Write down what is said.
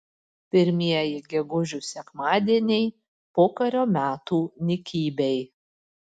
pirmieji gegužių sekmadieniai pokario metų nykybėj